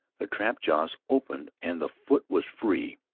the trap jaws opened and the foot was free.